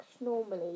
normally